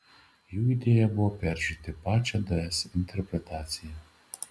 jų idėja buvo peržiūrėti pačią ds interpretaciją